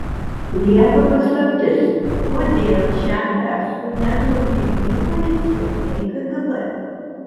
lieka paslaptis kodėl šiam verslui netrukdė nei policija nei kgb